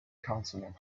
consonant